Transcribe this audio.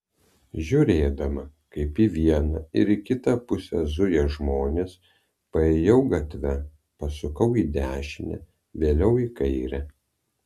žiūrėdama kaip į vieną ir į kitą pusę zuja žmonės paėjau gatve pasukau į dešinę vėliau į kairę